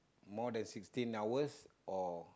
more than sixteen hours or